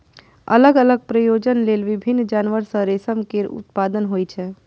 अलग अलग प्रयोजन लेल विभिन्न जानवर सं रेशम केर उत्पादन होइ छै